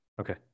okay